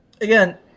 again